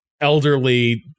elderly